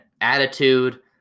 attitude